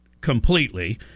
completely